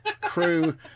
crew